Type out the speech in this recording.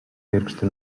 pirkstu